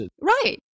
Right